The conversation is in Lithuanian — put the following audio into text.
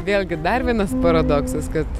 vėlgi dar vienas paradoksas kad